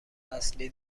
اصلی